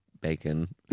Bacon